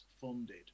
funded